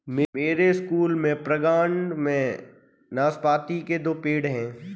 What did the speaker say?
मेरे स्कूल के प्रांगण में नाशपाती के दो पेड़ हैं